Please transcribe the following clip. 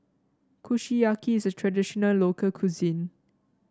kushiyaki is a traditional local cuisine